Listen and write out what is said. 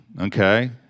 okay